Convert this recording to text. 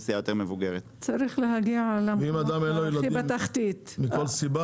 אם אדם אין לו ילדים מסיבה כלשהי,